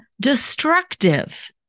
destructive